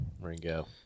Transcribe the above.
Ringo